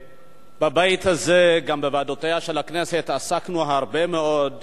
בבית הזה וגם בוועדותיה של הכנסת עסקנו הרבה מאוד